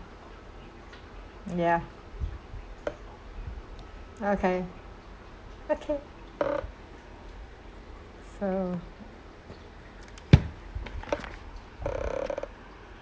yeah okay okay so